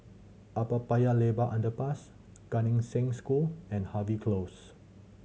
Upper Paya Lebar Underpass Gan Eng Seng School and Harvey Close